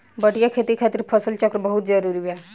बढ़िया खेती खातिर फसल चक्र बहुत जरुरी बा